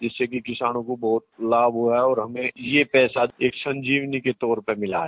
जिससे कि किसानों को बहुत लाभ हुआ और हमें यह पैसा एक संजीवनी के तौर पर मिला है